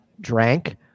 drank